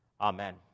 Amen